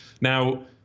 Now